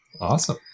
Awesome